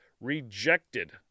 rejected